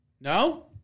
No